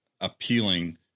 appealing